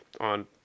on